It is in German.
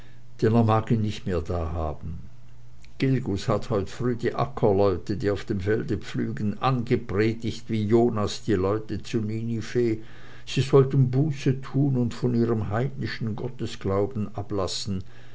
mag ihn nicht mehr dahaben gilgus hat heute früh die ackerleute die auf dem felde pflügen angepredigt wie jonas die leute zu ninive sie sollten buße tun und von ihrem heidnischen gottesglauben ablassen